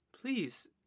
Please